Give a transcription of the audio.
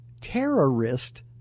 terrorist